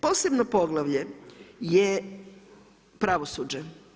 Posebno poglavlje je pravosuđe.